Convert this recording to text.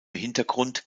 hintergrund